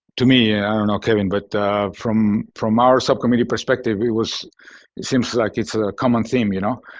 to me and i don't know, ah kevin, but from from our subcommittee perspective, it was it seems like it's a common theme, you know.